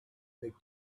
big